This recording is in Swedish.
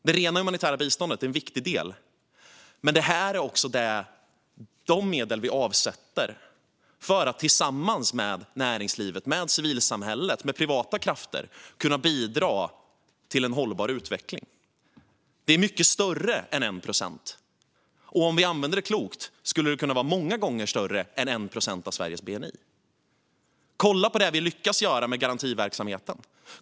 Det rena humanitära biståndet är en viktig del, men detta handlar också om de medel vi avsätter för att tillsammans med näringslivet, civilsamhället och privata krafter kunna bidra till en hållbar utveckling. Det är mycket större än 1 procent, och om vi använder det klokt skulle det kunna vara många gånger större än 1 procent av Sveriges bni. Kolla på vad vi lyckas göra med garantiverksamheten!